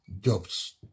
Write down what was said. jobs